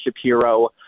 Shapiro